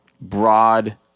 broad